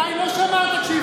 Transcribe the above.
עליי לא שמרת כשהפריעו לי.